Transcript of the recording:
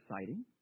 exciting